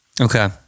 Okay